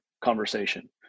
conversation